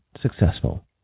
successful